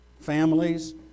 families